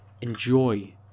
enjoy